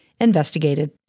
investigated